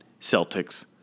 Celtics